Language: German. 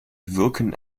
wirken